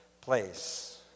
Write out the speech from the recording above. place